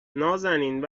نازنین